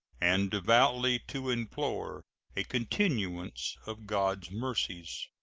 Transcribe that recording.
and devoutly to implore a continuance of god's mercies.